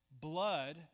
Blood